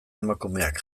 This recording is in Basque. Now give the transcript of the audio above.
emakumeak